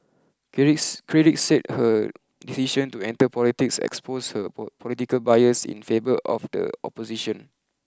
critics said her decision to enter politics exposed her political bias in favour of the opposition